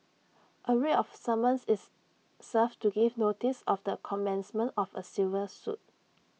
A writ of summons is served to give notice of the commencement of A civil suit